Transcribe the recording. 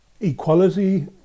equality